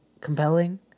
compelling